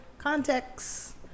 context